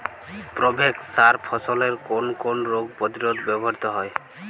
Provex সার ফসলের কোন কোন রোগ প্রতিরোধে ব্যবহৃত হয়?